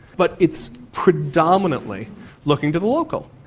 but it's predominantly looking to the local.